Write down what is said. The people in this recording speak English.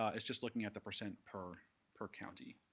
ah it's just looking at the percent per per county.